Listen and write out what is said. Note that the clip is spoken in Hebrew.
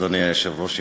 אדוני היושב-ראש,